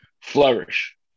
flourish